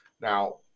Now